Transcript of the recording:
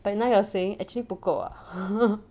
but now you're saying actually 不够啊哈